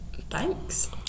Thanks